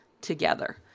together